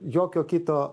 jokio kito